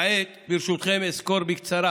כעת, ברשותכם, אסקור בקצרה